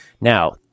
now